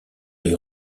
les